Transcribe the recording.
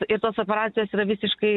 ir tos operacijos yra visiškai